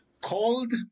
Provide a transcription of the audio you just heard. called